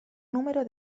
número